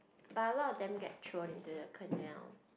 but a lot of them get thrown into the canal